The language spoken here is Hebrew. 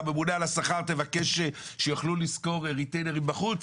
לממונה על השכר ותבקש שיוכלו לשכור ריטיינרים בחוץ